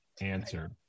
answer